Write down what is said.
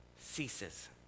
ceases